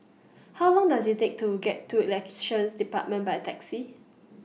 How Long Does IT Take to get to Elections department By Taxi